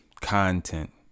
content